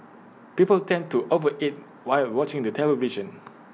people tend to over eat while watching the television